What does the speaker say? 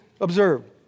observe